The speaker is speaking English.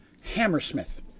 Hammersmith